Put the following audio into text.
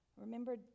Remember